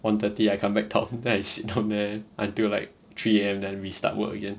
one thirty I come back talk then I sit down there until like three A_M then restart work again